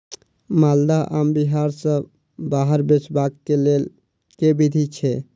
माल्दह आम बिहार सऽ बाहर बेचबाक केँ लेल केँ विधि छैय?